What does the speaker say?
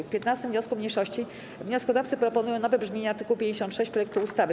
W 15. wniosku mniejszości wnioskodawcy proponują nowe brzmienie art. 56 projektu ustawy.